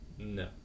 No